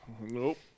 Nope